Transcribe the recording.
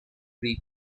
reap